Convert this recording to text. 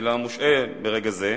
אלא מושעה, ברגע זה,